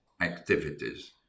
activities